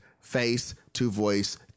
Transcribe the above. face-to-voice